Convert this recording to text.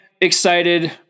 excited